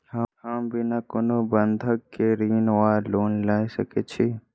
हम बिना कोनो बंधक केँ ऋण वा लोन लऽ सकै छी?